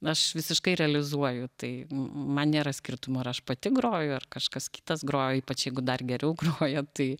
aš visiškai realizuoju tai man nėra skirtumo ar aš pati groju ar kažkas kitas groja o ypač jeigu dar geriau groja tai